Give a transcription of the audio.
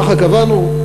ככה קבענו.